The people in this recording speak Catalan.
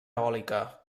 eòlica